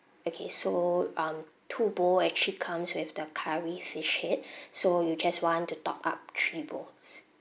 okay so um two bowl actually comes with the curry fish head so you just want to top up three bowls